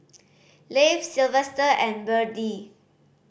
Leif Silvester and Byrdie